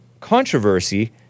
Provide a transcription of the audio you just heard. controversy